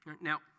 Now